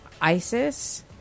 ISIS